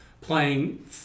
playing